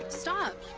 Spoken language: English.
stop.